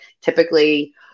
typically